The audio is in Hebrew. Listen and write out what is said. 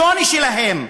בשוני שלהם?